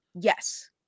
Yes